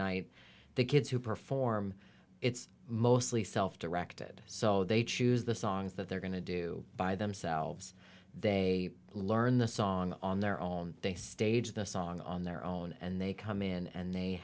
night the kids who perform it's mostly self directed so they choose the songs that they're going to do by themselves they learn the song on their own they stage the song on their own and they come in and they